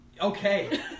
Okay